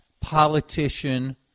politician